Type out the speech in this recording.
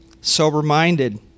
Sober-minded